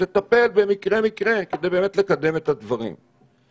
שתטפל במקרה-מקרה כדי באמת לקדם את הדברים.